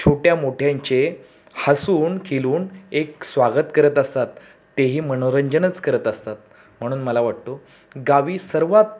छोट्या मोठ्यांचे हसून खेळून एक स्वागत करत असतात तेही मनोरंजनच करत असतात म्हणून मला वाटतो गावी सर्वात